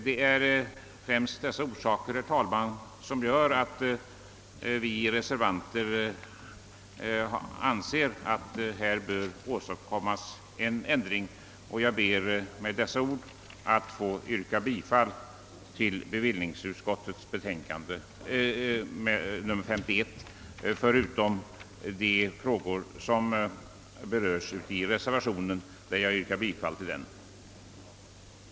Det är främst av denna orsak som vi reservanter ansett en ändring böra göras. Herr talman! Med det anförda ber jag att få yrka bifall till bevillningsutskottets hemställan med undantag för de frågor som berörts av reservanterna, där jag yrkar bifall till reservationen av herr Stefanson m.fl.